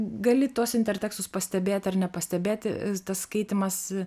gali tuos intertekstus pastebėti ar nepastebėti tas skaitymas